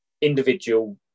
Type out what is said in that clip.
individual